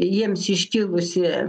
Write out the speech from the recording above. jiems iškilusi